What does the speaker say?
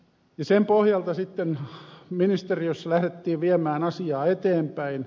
sen pohjalta sitten ministeriössä lähdettiin viemään asiaa eteenpäin